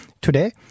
today